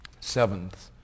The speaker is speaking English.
seventh